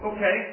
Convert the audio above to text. Okay